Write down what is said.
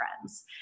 friends